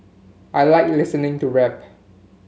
I like listening to rap